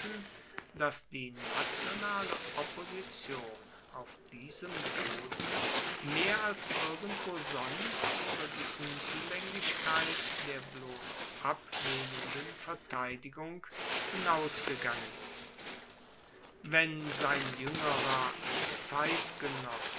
dass die nationale opposition auf diesem boden mehr als irgendwo sonst ueber die unzulaenglichkeit der bloss ablehnenden verteidigung hinausgegangen ist wenn sein juengerer zeitgenosse